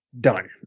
done